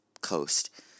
coast